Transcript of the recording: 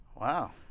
Wow